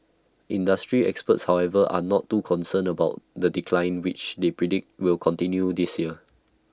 industry experts however are not too concerned about the decline which they predict will continue this year